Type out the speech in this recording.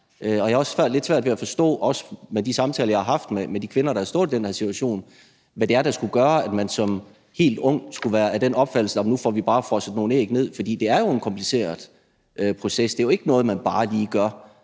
Og jeg har også lidt svært ved at forstå – også i forhold til de samtaler, jeg har haft med de kvinder, der har stået i den her situation – hvad det er, der skulle gøre, at man som helt ung skulle være af den opfattelse, at nu får vi bare frosset nogle æg ned. For det er jo en kompliceret proces; det er jo ikke noget, man bare lige gør.